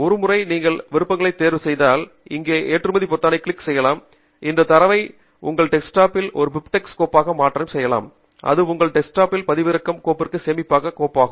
ஒரு முறை நீங்கள் விருப்பங்களை தேர்வு செய்தால் இங்கே ஏற்றுமதி பொத்தானை கிளிக் செய்யலாம் இந்த தரவை உங்கள் டெஸ்க்டாப்பில் ஒரு பிபிட்ஸ் கோப்பாக ஏற்றுமதி செய்யலாம் மற்றும் அது உங்கள் டெஸ்க்டாப்பில் உங்கள் பதிவிறக்க கோப்புறையில் சேமிக்கப்படும் கோப்பாகும்